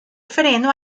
freno